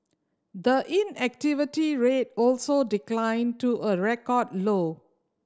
the inactivity rate also declined to a record low